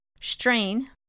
strain